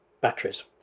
batteries